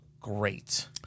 great